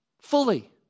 fully